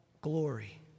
glory